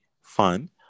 fun